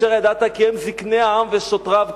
אשר ידעת כי הם זקני העם ושוטריו,